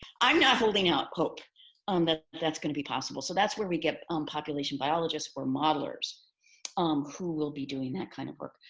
i'm not holding out hope that that's going to be possible. so that's where we get on population biologists or modelers um who will be doing that kind of work.